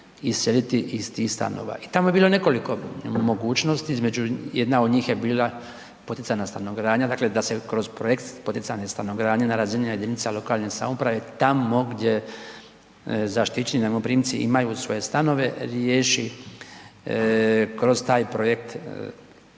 iseliti iz tih stanova. I tamo je bilo nekoliko mogućnosti, između, jedna od njih je bila poticajna stanogradnja, dakle da se kroz projekt poticajne stanogradnje na razini jedinica lokalne samouprave tamo gdje zaštićeni najmoprimci imaju svoje stanove riješi kroz taj projekt